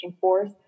force